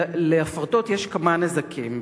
להפרטות יש כמה נזקים,